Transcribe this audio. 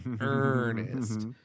earnest